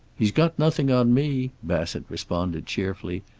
he's got nothing on me, bassett responded cheerfully.